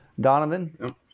Donovan